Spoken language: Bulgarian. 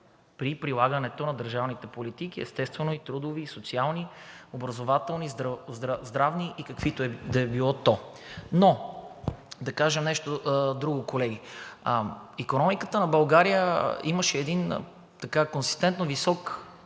при прилагането на държавните политики, естествено, и трудови, и социални, образователни, здравни и каквито и да било то, но да кажа нещо друго, колеги. Икономиката на България имаше един консистентно висок,